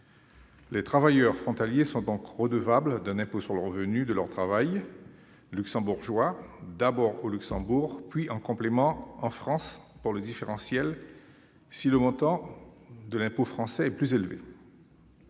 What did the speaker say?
Les travailleurs frontaliers sont donc redevables d'un impôt sur le revenu de leur travail luxembourgeois d'abord au Luxembourg puis, en complément en France si le montant de l'impôt français est plus élevé.